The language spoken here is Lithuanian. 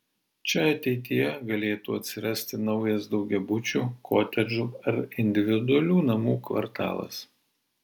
čia ateityje galėtų atsirasti naujas daugiabučių kotedžų ar individualių namų kvartalas